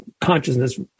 consciousness